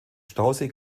stausee